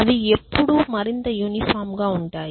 అవి ఎప్పుడు మరింత యూనిఫామ్ గా ఉంటాయి